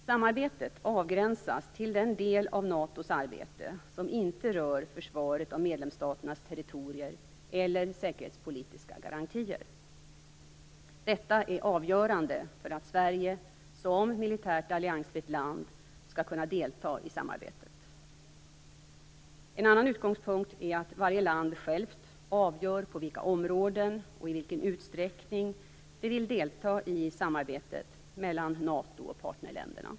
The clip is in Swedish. Samarbetet avgränsas till den del av NATO:s arbete som inte rör försvaret av medlemsstaternas territorier eller säkerhetspolitiska garantier. Detta är avgörande för att Sverige som militärt alliansfritt land skall kunna delta i samarbetet. En annan utgångspunkt är att varje land självt avgör på vilka områden och i vilken utsträckning det vill delta i samarbetet mellan NATO och partnerländerna.